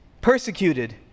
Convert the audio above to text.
persecuted